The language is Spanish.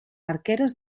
arqueros